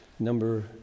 Number